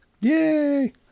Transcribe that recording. Yay